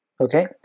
Okay